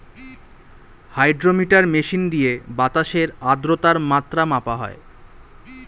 hydrometer machine দিয়ে বাতাসের আদ্রতার মাত্রা মাপা হয়